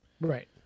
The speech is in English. Right